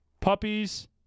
Puppies